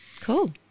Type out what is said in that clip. cool